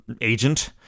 agent